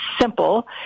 simple